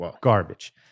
Garbage